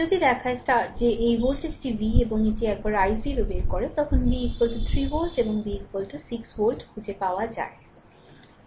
যদি দেখায় যে এই ভোল্টেজটি v এবং এটি একবার i0 বের করে যখন v 3 ভোল্ট এবং v 6 ভোল্ট খুঁজে পাওয়া যায়